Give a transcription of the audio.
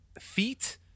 feet